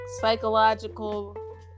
psychological